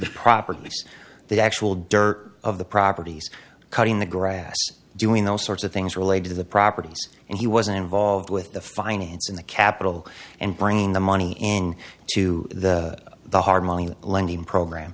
the properties the actual dirt of the properties cutting the grass doing all sorts of things related to the properties and he was involved with the finance in the capital and bringing the money in to the hard money lending program